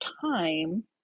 time